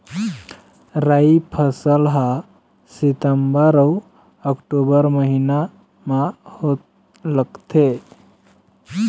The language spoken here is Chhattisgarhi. राई फसल हा सितंबर अऊ अक्टूबर महीना मा लगथे